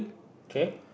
okay